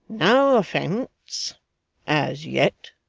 no offence as yet